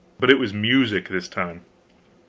but it was music this time